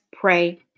pray